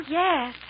yes